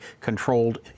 controlled